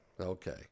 Okay